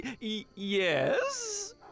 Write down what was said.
Yes